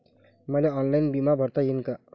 मले ऑनलाईन बिमा भरता येईन का?